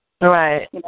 Right